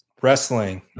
wrestling